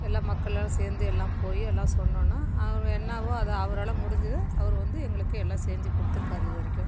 எல்லாம் மக்களெல்லாம் சேர்ந்து எல்லாம் போய் எல்லாம் சொன்னோன்னால் அது என்னாவோ அவரால் முடிஞ்சதை அவர் வந்து எங்களுக்கு எல்லாம் செஞ்சு கொடுத்துருக்காரு இதுவரைக்கும்